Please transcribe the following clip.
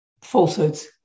falsehoods